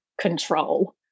control